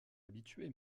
habitée